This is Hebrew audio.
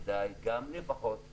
כדאי גם לפחות לחלק,